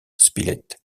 spilett